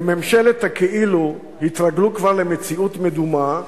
בממשלת הכאילו התרגלו כבר למציאות מדומה,